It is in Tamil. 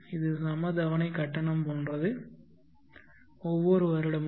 இது சம தவணை கட்டணம் போன்றது ஒவ்வொரு வருடமும்